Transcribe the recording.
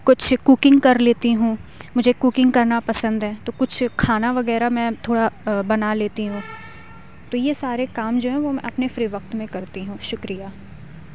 کچھ کوکنگ کر لیتی ہوں مجھے کوکنگ کرنا پسند ہے تو کچھ کھانا وغیرہ میں تھوڑا بنا لیتی ہوں تو یہ سارے کام جو ہے میں اپنے فری وقت میں کرتی ہوں شُکریہ